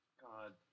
God